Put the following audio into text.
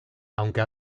aunque